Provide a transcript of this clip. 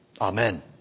Amen